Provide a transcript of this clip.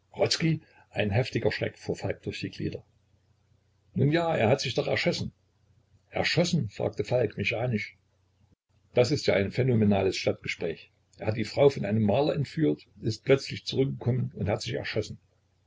ein heftiger schreck fuhr falk durch die glieder nun ja er hat sich doch erschossen erschossen fragte falk mechanisch das ist ja ein phänomenales stadtgespräch er hat die frau von einem maler entführt ist plötzlich zurückgekommen und hat sich erschossen